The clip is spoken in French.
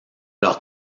leur